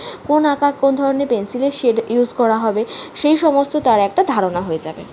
কোন আঁকা কোন ধরনের পেনসিলের শেড ইউস করা হবে সেই সমস্ত তার একটা ধারণা হয়ে যাবে